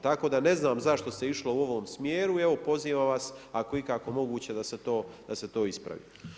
Tako da ne znam zašto se išlo u ovom smjeru, evo pozivam vas ako je ikako moguće da se to ispravi.